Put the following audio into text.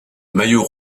maillot